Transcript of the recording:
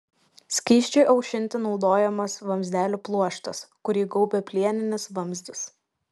skysčiui aušinti naudojamas vamzdelių pluoštas kurį gaubia plieninis vamzdis